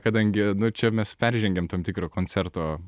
kadangi čia mes peržengėm tam tikrą koncerto